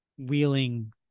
wheeling